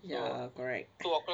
ya correct